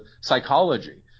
psychology